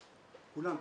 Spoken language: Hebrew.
כולן,